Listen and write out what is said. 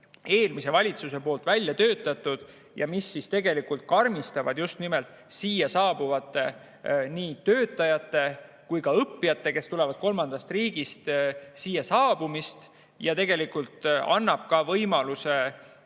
eelmises valitsuses välja töötatud ja mis tegelikult karmistavad just nimelt siia saabuvate nii töötajate kui ka õppijate, kes tulevad kolmandast riigist, siia saabumise [tingimusi]. Ja tegelikult annab see